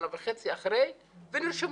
שנה וחצי אחרי ונרשמו,